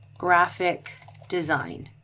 graphic design,